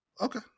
Okay